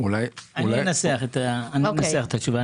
אני אנסח את התשובה.